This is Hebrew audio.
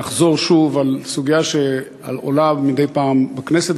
ולחזור שוב על סוגיה שעולה מדי פעם בכנסת,